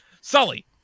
Sully